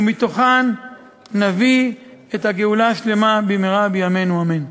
ומתוכן נביא את הגאולה השלמה במהרה בימינו, אמן.